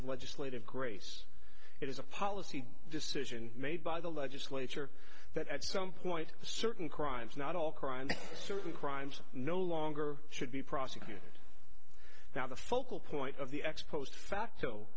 of legislative grace it is a policy decision made by the legislature that at some point certain crimes not all crimes should be crimes no longer should be prosecuted now the focal point of the ex post fa